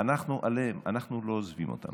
אנחנו עליהם, אנחנו לא עוזבים אותם.